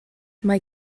mae